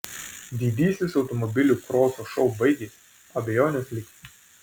didysis automobilių kroso šou baigėsi abejonės liko